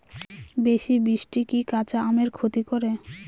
বেশি বৃষ্টি কি কাঁচা আমের ক্ষতি করে?